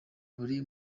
buri